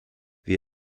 wir